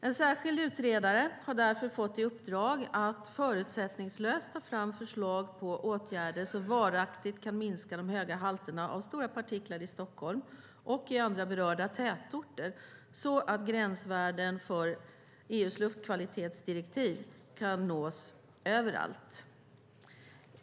En särskild utredare har därför fått i uppdrag att förutsättningslöst ta fram förslag på åtgärder som varaktigt kan minska de höga halterna av stora partiklar i Stockholm och andra berörda tätorter, så att gränsvärdena i EU:s luftkvalitetsdirektiv kan nås överallt.